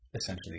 essentially